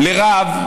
לרב,